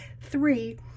three